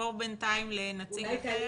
ונעבור בינתיים לנציג אחר?